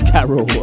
Carol